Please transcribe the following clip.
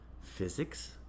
physics